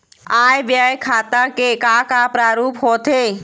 आय व्यय खाता के का का प्रारूप होथे?